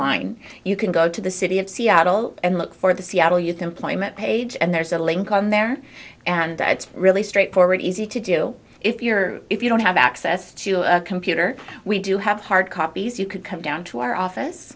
online you can go to the city of seattle and look for the seattle you complained that page and there's a link on there and it's really straightforward easy to do if you're if you don't have access to a computer we do have hard copies you could come down to our office